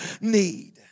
need